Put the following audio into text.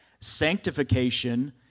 Sanctification